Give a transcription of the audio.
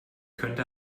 könnte